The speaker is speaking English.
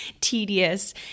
tedious